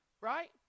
right